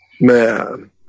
Man